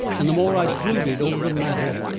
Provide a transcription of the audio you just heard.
and the more i brooded over the matter,